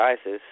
ISIS